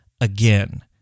again